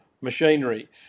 machinery